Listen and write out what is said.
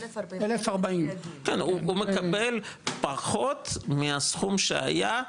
כן, הוא מקבל פחות מהסכום שהיה,